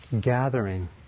gathering